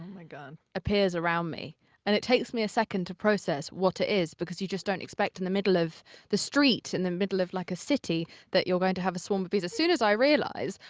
my god. appears around me. and it takes me a second to process what it is, because you just don't expect in the middle of the street, in the middle of, like, a city that you're going to have a swarm of bees. as soon as i realize,